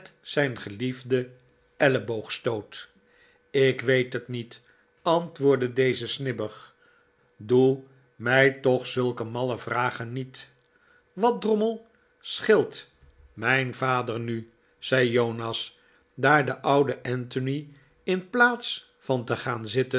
zijn geliefden elleboogstoot ik weet het niet antwoordde deze snibbig doe mij toch zulke malle vragen niet wat drommel scheelt mijn vader mi zei jonas daar de oude anthony in plaats van te gaan zitten